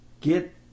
get